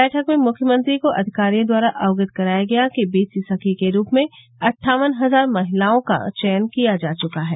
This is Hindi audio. बैठक में मुख्यमंत्री को अधिकारियों द्वारा अवगत कराया गया कि बीसी सखी के रूप में अट्ठावन हजार महिलाओं का चयन किया जा चुका है